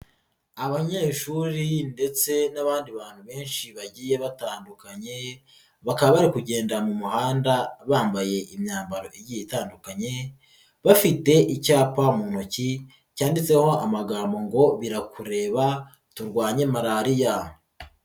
Abanyeshuri ndetse n'abandi bantu benshi bagiye batandukanye, bakaba bari kugenda mu muhanda bambaye imyambaro igiye itandukanye, bafite icyapa mu ntoki cyanditseho amagambo ngo birakureba turwanye malariya.